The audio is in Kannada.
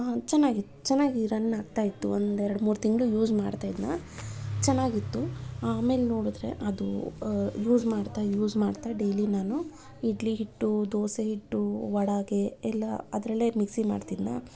ಚೆನ್ನಾಗಿತ್ತು ಚೆನ್ನಾಗಿ ರನ್ ಆಗ್ತಾ ಇತ್ತು ಒಂದು ಎರಡು ಮೂರು ತಿಂಗಳು ಯೂಸ್ ಮಾಡ್ತಾ ಇದ್ನ ಚೆನ್ನಾಗಿತ್ತು ಆಮೇಲೆ ನೋಡಿದ್ರೆ ಅದು ಯೂಸ್ ಮಾಡ್ತಾ ಯೂಸ್ ಮಾಡ್ತಾ ಡೈಲಿ ನಾನು ಇಡ್ಲಿ ಹಿಟ್ಟು ದೋಸೆ ಹಿಟ್ಟು ವಡೆಗೆ ಎಲ್ಲ ಅದರಲ್ಲೇ ಮಿಕ್ಸಿ ಮಾಡ್ತಿದ್ನ